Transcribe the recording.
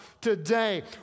today